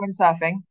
windsurfing